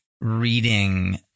reading